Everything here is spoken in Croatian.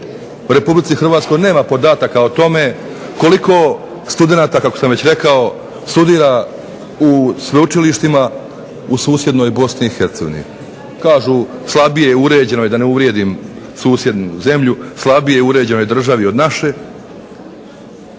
u RH nema podataka o tome koliko studenata kako sam već rekao studira u sveučilištima u susjednoj BiH. Kažu slabije uređenoj, da ne uvrijedim susjednu zemlju, slabije uređenoj državi od naše,